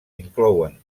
inclouen